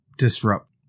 disrupt